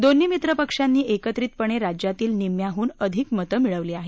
दोन्ही मित्रपक्षांनी एकत्रितपणे राज्यातील निम्म्याहून अधिक मते मिळवली आहे